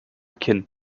kinn